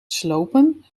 slopen